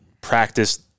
practice